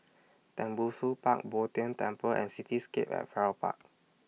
Tembusu Park Bo Tien Temple and Cityscape At Farrer Park